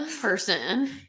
person